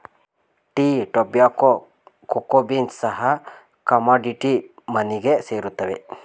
tea, tobacco, cocoa beans ಸಹ commodity ಮನಿಗೆ ಸೇರುತ್ತವೆ